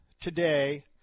today